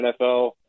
NFL